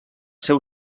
seu